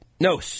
No